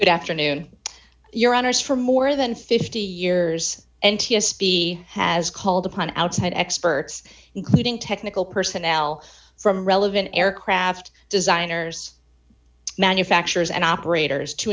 it afternoon your honour's for more than fifty years n t s b has called upon outside experts including technical personnel from relevant aircraft designers manufacturers and operators to